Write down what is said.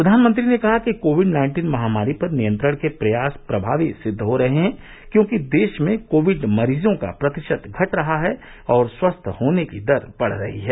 प्रधानमंत्री ने कहा है कि कोविड नाइन्टीन महामारी पर नियंत्रण के प्रयास प्रभावी सिद्ध हो रहे हैं क्योंकि देश में कोविड मरीजों का प्रतिशत घट रहा है और स्वस्थ होने की दर बढ़ रही है